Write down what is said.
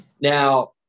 Now-